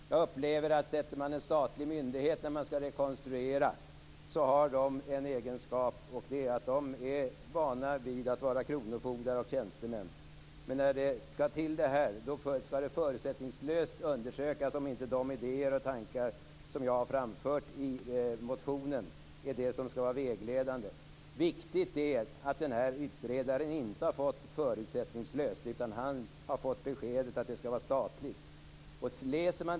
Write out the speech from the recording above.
Jag upplever att en statlig myndighet för rekonstruering har en egenskap, och det är att man där är van vid att vara kronofogde och tjänsteman. Men här skall det förutsättningslöst undersökas om inte de idéer och tankar som jag har framfört i motionen är det som skall vara vägledande. Viktigt att notera är att utredaren inte har fått arbeta förutsättningslöst, utan han har fått beskedet att det skall vara statligt.